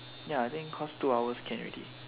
ya I think cause two hours can already